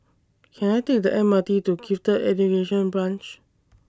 Can I Take The M R T to Gifted Education Branch